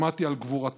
שמעתי על גבורתם,